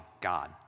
God